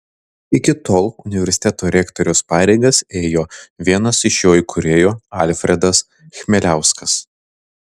iki tol universiteto rektoriaus pareigas ėjo vienas iš jo įkūrėjų alfredas chmieliauskas